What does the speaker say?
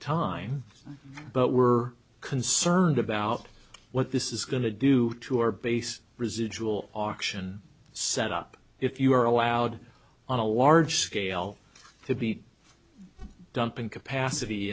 time but we're concerned about what this is going to do to our base residual auction set up if you are allowed on a large scale to be dumping capacity